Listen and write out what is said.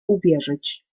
uwierzyć